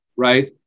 right